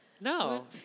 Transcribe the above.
No